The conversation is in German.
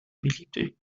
beliebte